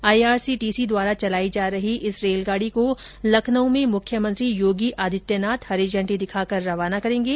IRCTC द्वारा चलाई जा रही इस रेलगाड़ी को लखनऊ में मुख्यमंत्री योगी आदित्यनाथ हरी झंडी दिखाकर रवाना करेंगे